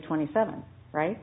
twenty seven right